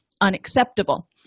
unacceptable